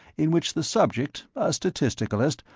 in which the subject, a statisticalist,